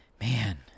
man